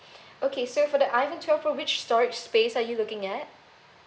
okay so for the iPhone twelve for which storage space are you looking at